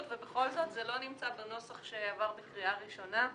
ובכל זאת זה לא נמצא בנוסח שעבר בקריאה הראשונה.